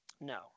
No